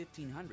1500